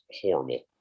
horrible